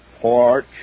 porch